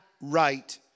right